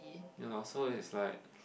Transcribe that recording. you know so it's like